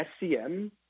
SCM